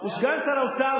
הוא סגן שר האוצר,